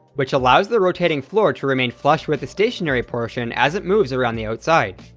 which allows the rotating floor to remain flush with the stationary portion as it moves around the outside.